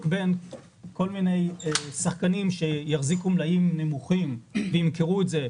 בין כל מיני שחקנים שיחזיקו מלאים נמוכים וימכרו את זה,